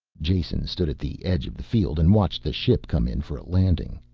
jason stood at the edge of the field and watched the ship come in for a landing,